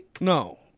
No